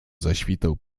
zaświtał